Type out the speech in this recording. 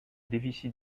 déficit